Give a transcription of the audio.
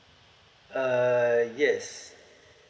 uh yes